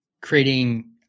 creating